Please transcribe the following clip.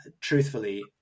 truthfully